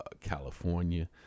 California